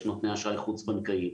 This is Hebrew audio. יש נותני אשראי חוץ בנקאי,